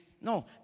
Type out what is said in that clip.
No